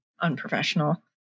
Unprofessional